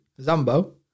Zambo